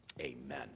Amen